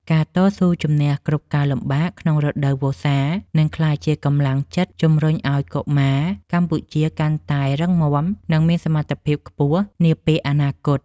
ការតស៊ូជម្នះគ្រប់ការលំបាកក្នុងរដូវវស្សា នឹងក្លាយជាកម្លាំងចិត្តជម្រុញឱ្យកុមារកម្ពុជាកាន់តែរឹងមាំ និង មានសមត្ថភាពខ្ពស់នាពេលអនាគត។